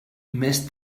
més